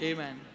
Amen